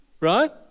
Right